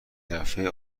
دفعه